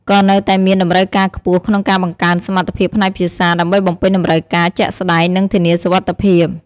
ក៏នៅតែមានតម្រូវការខ្ពស់ក្នុងការបង្កើនសមត្ថភាពផ្នែកភាសា ដើម្បីបំពេញតម្រូវការជាក់ស្ដែង និងធានាសុវត្ថិភាព។